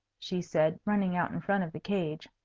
she said, running out in front of the cage.